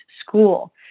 school